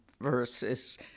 versus